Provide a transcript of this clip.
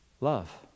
love